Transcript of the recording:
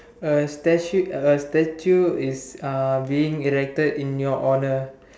a statue a statue is uh being erected in your honour